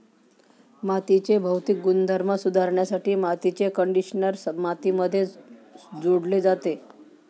मातीचे भौतिक गुणधर्म सुधारण्यासाठी मातीचे कंडिशनर मातीमध्ये जोडले जाते